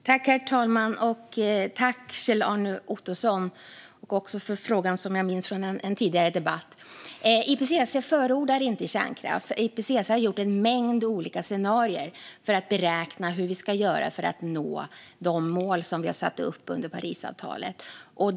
Herr talman! Jag tackar Kjell-Arne Ottosson för en fråga som jag minns från en tidigare debatt. IPCC förordar inte kärnkraft. IPCC har skapat en mängd olika scenarier för att kunna beräkna hur vi ska nå Parisavtalets mål.